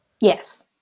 Yes